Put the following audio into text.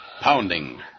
Pounding